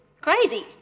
crazy